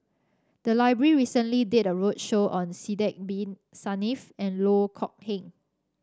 the library recently did a roadshow on Sidek Bin Saniff and Loh Kok Heng